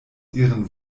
ihren